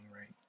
right